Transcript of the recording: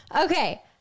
Okay